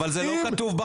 אבל זה לא כתוב בחוק.